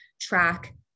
track